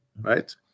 right